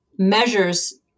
measures